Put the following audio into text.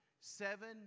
Seven